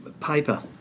paper